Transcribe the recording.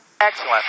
Excellent